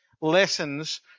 lessons